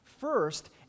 First